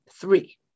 three